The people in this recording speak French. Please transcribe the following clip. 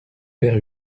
père